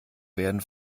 werden